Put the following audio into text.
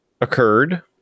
Occurred